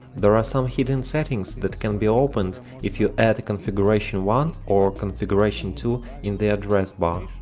there are some hidden settings that can be opened, if you add configuration one or configuration two in the address bar.